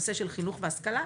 חינוך והשכלה,